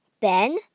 Ben